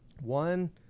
one